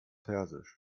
persisch